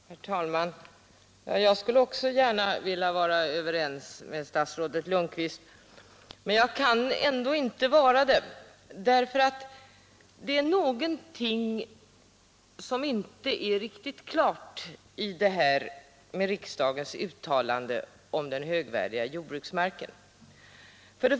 Herr talman! Jag skulle också gärna vilja vara överens med statsrådet Lundkvist. Men jag kan inte vara det. Det är någonting som inte är riktigt klart när det gäller riksdagens uttalande om den högvärdiga jordbruksmarken.